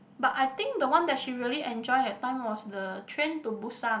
but I think the one that she really enjoy that time was the train to Busan